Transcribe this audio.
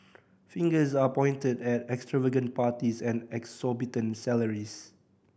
fingers are pointed at extravagant parties and exorbitant salaries